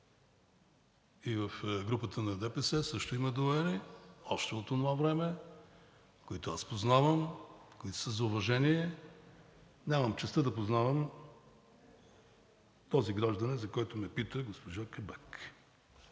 и в групата на ДПС също има доайени още от онова време, които аз познавам, които са за уважение. Нямам честта да познавам този гражданин, за когото ме пита госпожа Кабак.